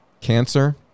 cancer